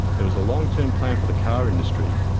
there was a long term plan for the car industry,